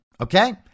okay